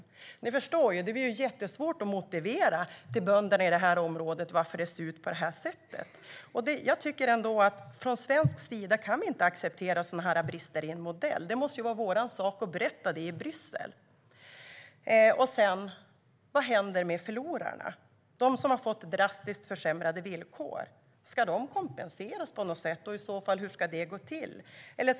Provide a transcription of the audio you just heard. Som ni förstår blir det jättesvårt att motivera för bönderna i området varför det ser ut på det här sättet. Jag tycker inte att vi från svensk sida kan acceptera sådana här brister i en modell. Det måste vara vår sak att berätta det i Bryssel. Och vad händer med förlorarna? Vad händer med dem som har fått drastiskt försämrade villkor? Ska de kompenseras på något sätt, och hur ska det i så fall gå till?